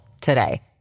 today